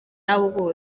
yabo